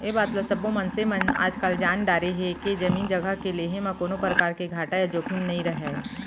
ए बात ल सब्बो मनसे मन आजकाल जान डारे हें के जमीन जघा के लेहे म कोनों परकार घाटा या जोखिम नइ रहय